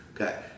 Okay